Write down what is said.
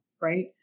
right